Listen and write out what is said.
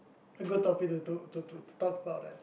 a good topic to to to to talk about that